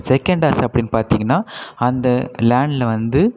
second ஆசை அப்படின்னு பார்த்தீங்கன்னா அந்த லேண்ட்டில் வந்து